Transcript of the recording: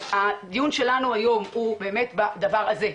אז הדיון שלנו היום הוא בדבר הזה.